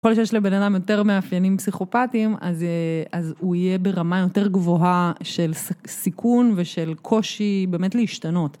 ככל שיש לבן אדם יותר מאפיינים פסיכופטיים אז הוא יהיה ברמה יותר גבוהה של סיכון ושל קושי באמת להשתנות.